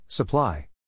Supply